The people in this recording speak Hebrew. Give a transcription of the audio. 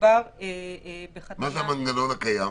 מדובר בחתימה --- מה זה "המנגנון הקיים"?